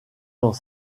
dans